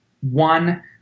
one